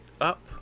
up